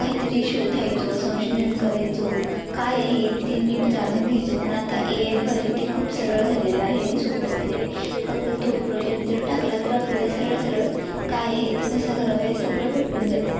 काही तरी शोधायचो संशोधन करायचो काय आहे ते नीट जाणून घ्यायचो पण आता ए आयद्वारे ते खूप सरळ झालेलं आहे आणि सोपं झालेलं आहे फक्त तो प्रोजेक्ट जर टाकला तर आपल्याला सरळ सरळ काय आहे तो कसं करावे सगळं भेटून जातं